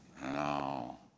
No